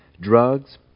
drugs